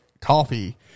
coffee